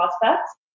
prospects